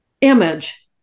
image